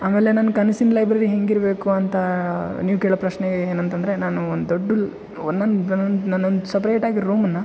ಆಮೇಲೆ ನನ್ನ ಕನಸಿನ್ ಲೈಬ್ರೆರಿ ಹೆಂಗಿರಬೇಕು ಅಂತ ನೀವು ಕೇಳೋ ಪ್ರಶ್ನೆ ಏನಂತಂದರೆ ನಾನು ಒಂದು ದೊಡ್ಡ ಒಂದೊಂದು ನಂದೊಂದು ಸಪೆರಾಟಾಗಿ ರೂಮನ್ನ